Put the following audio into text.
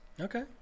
Okay